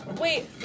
Wait